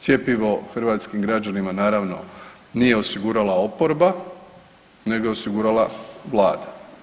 Cjepivo hrvatskim građanima naravno nije osigurala oporba, nego je osigurala Vlada.